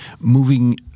moving